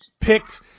picked